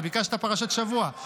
אתה ביקשת פרשת שבוע.